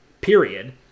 period